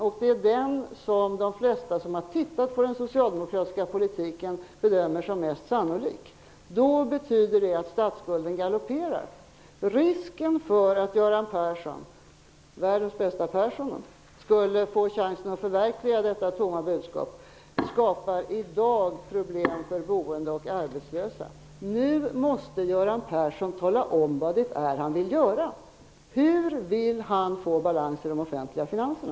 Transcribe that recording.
Det är det som de flesta som har tittat på den socialdemokratiska politiken bedömer som mest sannolikt. Det betyder att statsskulden galopperar. Risken för att Göran Persson -- världens bästa Persson -- skulle få chansen att förverkliga detta tomma budskap skapar i dag problem för boende och arbetslösa. Nu måste Göran Persson tala om vad han vill göra för att få balans i de offentliga finanserna.